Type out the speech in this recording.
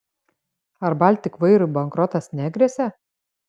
ar baltik vairui bankrotas negresia